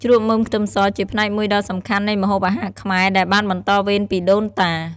ជ្រក់មើមខ្ទឹមសជាផ្នែកមួយដ៏សំខាន់នៃម្ហូបអាហារខ្មែរ ដែលបានបន្តវេនពីដូនតា។